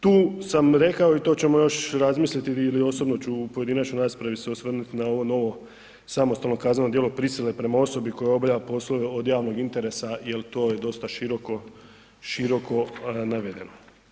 Tu sam rekao i to ćemo još razmisliti ili osobno ću se u pojedinačnoj raspravi osvrnuti na ovo novo samostalno kazneno djelo prisile prema osobi koja obavlja poslove od javnog interesa jel to je dosta široko navedeno.